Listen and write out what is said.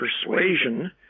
persuasion